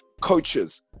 coaches